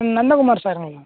ம் நந்தகுமார் சாருங்களா